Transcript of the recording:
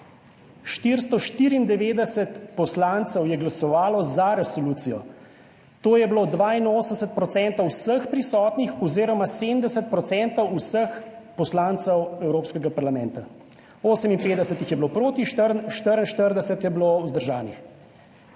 494 poslancev je glasovalo za resolucijo, to je bilo 82 % vseh prisotnih oziroma 70 % vseh poslancev Evropskega parlamenta, 58 jih je bilo proti, 44 je bilo vzdržanih.